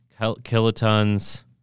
kilotons